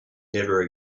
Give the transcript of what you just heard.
never